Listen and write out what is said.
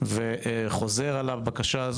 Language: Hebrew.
וחוזר על הבקשה.